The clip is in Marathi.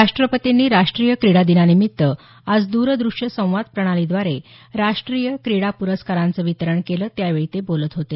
राष्ट्रपतींनी राष्ट्रीय क्रीडा दिनानिमित्त आज दरदृष्य संवाद प्रणालीद्वारे राष्ट्रीय क्रीडा पुरस्कारांचं वितरण केलं त्यावेळी ते बोलत होते